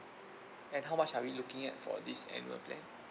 and how much are we looking at for this annual plan